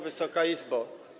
Wysoka Izbo!